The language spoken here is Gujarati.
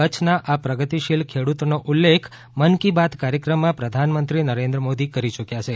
કચ્છના આ પ્રગતિશીલ ખેડૂતનો ઉલ્લેખ મન કી બાત કાર્યક્રમમાં પ્રધાનમંત્રી નરેન્દ્ર મોદી કરી ચુક્યા છે